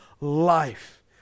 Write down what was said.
life